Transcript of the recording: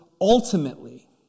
ultimately